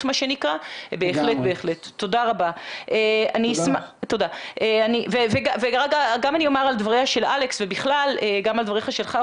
גם אני אומר על דבריה של אלכס ובכלל גם על דבריך שלך,